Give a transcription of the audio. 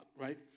right